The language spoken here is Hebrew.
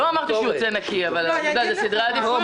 לא אמרתי שהוא יוצא נקי, זה סדרי עדיפויות.